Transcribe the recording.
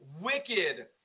wicked